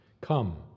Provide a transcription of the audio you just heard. Come